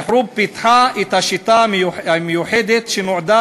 אל-חרוב פיתחה את השיטה המיוחדת שנועדה